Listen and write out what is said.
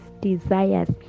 desires